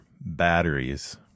batteries